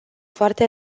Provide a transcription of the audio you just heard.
foarte